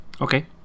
Okay